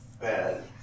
bad